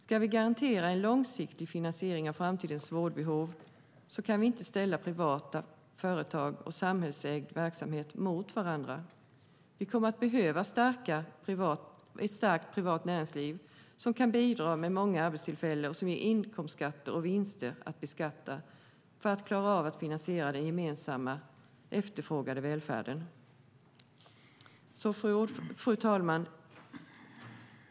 Ska vi garantera en långsiktig finansiering av framtidens vårdbehov kan vi inte ställa privata företag och samhällsägda verksamheter mot varandra. Vi kommer att behöva ett starkt privat näringsliv som kan bidra med många arbetstillfällen och som ger inkomstskatter och vinster att beskatta för att klara av att finansiera den gemensamt efterfrågade välfärden. Fru talman!